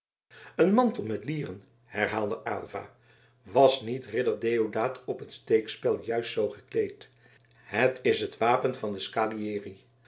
een mantel met lieren herhaalde aylva was niet ridder deodaat op het steekspel juist zoo gekleed het is het wapen van